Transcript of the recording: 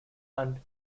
and